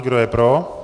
Kdo je pro?